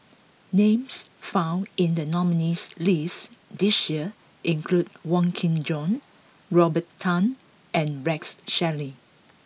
names found in the nominees' list this year include Wong Kin Jong Robert Tan and Rex Shelley